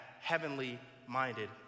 heavenly-minded